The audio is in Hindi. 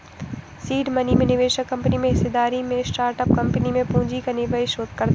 सीड मनी में निवेशक कंपनी में हिस्सेदारी में स्टार्टअप कंपनी में पूंजी का निवेश करता है